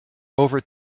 over